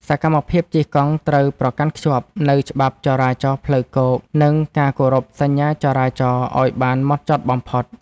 សកម្មភាពជិះកង់ត្រូវប្រកាន់ខ្ជាប់នូវច្បាប់ចរាចរណ៍ផ្លូវគោក និងការគោរពសញ្ញាចរាចរណ៍ឱ្យបានហ្មត់ចត់បំផុត។